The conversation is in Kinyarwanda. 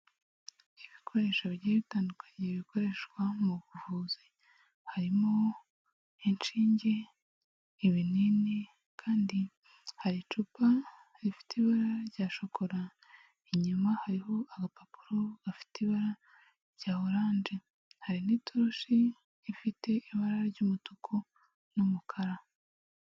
Ibikoresho bigiye bitandukanye bikoreshwa mu buvuzi harimo inshinge, ibinini kandi hari icupa rifite ibara rya shokora, inyuma hariho agapapuro gafite ibara rya oranje hari n'itoroshi ifite ibara ry'umutuku n'umukara.